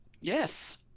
Yes